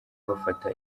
bafata